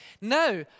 Now